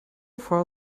far